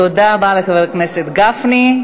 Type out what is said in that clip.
תודה רבה לחבר הכנסת גפני.